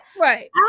Right